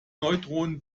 neutronen